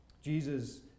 Jesus